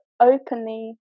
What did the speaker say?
openly